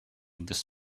this